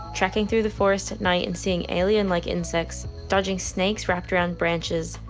trekking through the forest at night and seeing alien like insects, dodging snakes wrapped around branches,